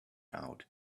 out